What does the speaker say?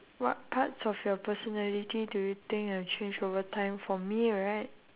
what parts of your personality do you think have change over time for me right